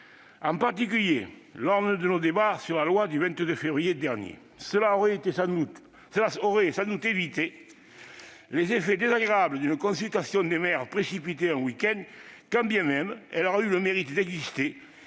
en particulier lors de nos débats sur la loi du 22 février dernier. Cela aurait sans doute évité les effets désagréables d'une consultation des maires précipitée en un week-end- quand bien même elle aura eu le mérite d'exister